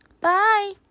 Bye